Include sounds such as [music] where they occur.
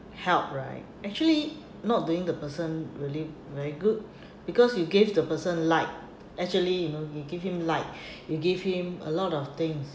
help right actually not doing the person really very good [breath] because you gave the person light actually you know you give him light [breath] you gave him a lot of things